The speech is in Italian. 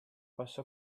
passò